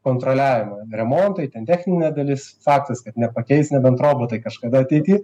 kontroliavimą remontai ten techninė dalis faktas kad nepakeis nebent robotai kažkada ateity